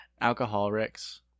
Alcoholics